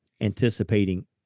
anticipating